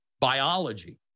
biology